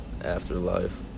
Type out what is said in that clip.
afterlife